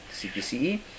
CPCE